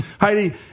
Heidi